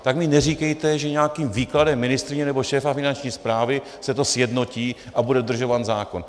Tak mi neříkejte, že nějakým výkladem ministryně nebo šéfa Finanční správy se to sjednotí a bude dodržován zákon.